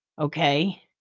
Okay